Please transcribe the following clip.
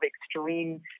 extreme